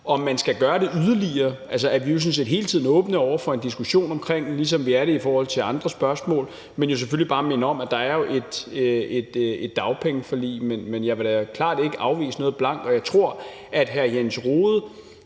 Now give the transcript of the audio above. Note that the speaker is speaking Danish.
Om man skal gøre det yderligere, er vi jo sådan set hele tiden åbne over for en diskussion omkring, ligesom vi er det i forhold til andre spørgsmål. Jeg vil selvfølgelig bare minde om, at der jo er et dagpengeforlig, men jeg vil da klart ikke afvise noget blankt, og jeg tror, at hr. Jens Rohde